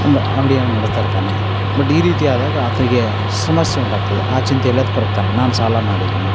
ಒಂದು ಅಂಗ್ಡಿಯನ್ನು ನಡೆಸ್ತಾ ಇರ್ತಾನೆ ಬಟ್ ಈ ರೀತಿ ಆದಾಗ ಆತನಿಗೆ ಸಮಸ್ಯೆ ಉಂಟಾಗ್ತದೆ ಆ ಚಿಂತೆಯಲ್ಲಿ ಆತ ಕೊರಗ್ತಾನೆ ನಾನು ಸಾಲ ಮಾಡಿದ್ದೀನಿ